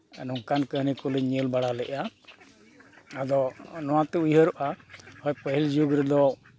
ᱱᱚᱝᱠᱟᱱ ᱠᱟᱹᱦᱱᱤ ᱠᱚᱞᱮᱧ ᱧᱮᱞ ᱵᱟᱲᱟ ᱞᱮᱫᱼᱟ ᱟᱫᱚ ᱱᱚᱣᱟᱛᱮ ᱩᱭᱦᱟᱹᱨᱚᱜᱼᱟ ᱯᱟᱹᱦᱤᱞ ᱡᱩᱜᱽ ᱨᱮᱫᱚ